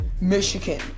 Michigan